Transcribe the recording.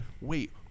wait